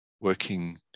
working